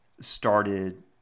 started